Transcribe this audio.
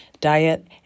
Diet